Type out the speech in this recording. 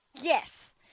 Yes